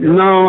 no